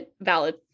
valid